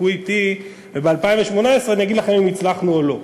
חכו אתי וב-2018 אגיד לכם אם הצלחנו או לא.